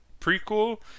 prequel